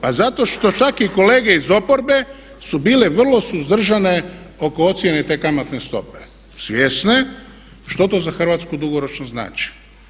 Pa zato što čak i kolege iz oporbe su bili vrlo suzdržani oko ocjene te kamatne stope, svjesni što to za Hrvatsku dugoročno znači.